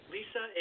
Lisa